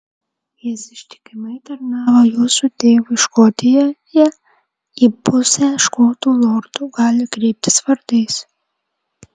jis ištikimai tarnavo jūsų tėvui škotijoje į pusę škotų lordų gali kreiptis vardais